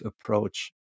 approach